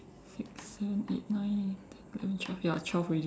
six seven eight nine ten eleven twelve ya twelve already